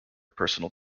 personal